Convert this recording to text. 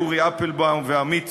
אורי אפלבאום ועמית צור.